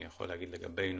אני יכול להגיד לגבינו,